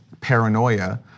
paranoia